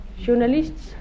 journalists